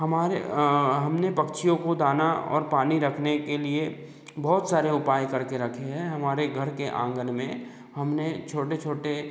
हमारे हमने पक्षियों को दाना और पानी रखने के लिए बहुत सारे उपाय कर के रखे हैं हमारे घर के आँगन में हमने छोटे छोटे